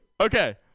okay